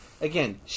again